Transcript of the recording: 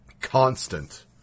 constant